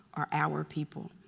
are our people.